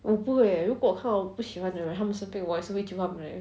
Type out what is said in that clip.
!oi! 如果我看我不喜欢的人他们生病我也是会救他们的 eh